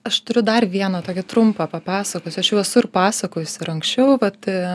aš turiu dar vieną tokį trumpą papasakosiu aš jau esu ir pasakojusi ir anksčiau vat